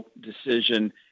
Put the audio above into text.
decision